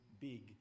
big